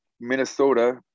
Minnesota